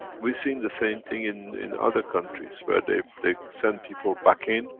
we see the same thing in in other countries, where they they send people back in,